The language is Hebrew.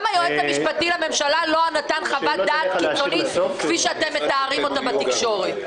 גם היועץ המשפטי לממשלה לא נתן חוות דעת כפי שאתם מתארים אותה בתקשורת.